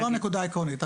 זו לא הנקודה העקרונית.